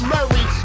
Murray